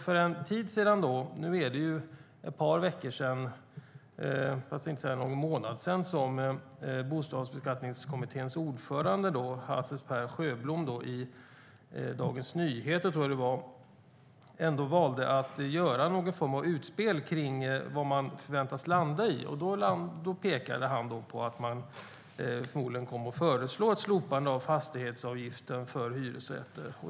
För ett par veckor sedan, för att inte säga för någon månad sedan, valde Bostadsbeskattningskommitténs ordförande Hases Per Sjöblom att i Dagens Nyheter göra någon form av utspel kring vad man förväntas landa i. Han pekade på att man förmodligen skulle föreslå ett slopande av fastighetsavgiften för hyresrätter.